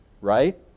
right